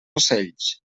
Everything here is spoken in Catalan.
ocells